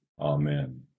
Amen